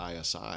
ISI